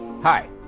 Hi